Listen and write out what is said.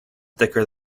thicker